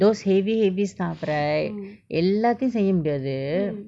those heavy heavy stuff right எல்லாத்தையும் செய்ய முடியாது:ellathayum seyya mudiyaathu